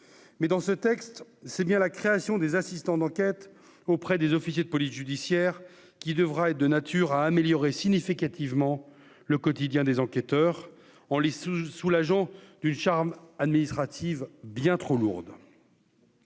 mais dans ce texte, c'est bien la création des assistants d'enquête auprès des officiers de police judiciaire qui devra être de nature à améliorer significativement le quotidien des enquêteurs en lice sous sous l'agent d'une charge administrative bien trop lourde.